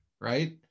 right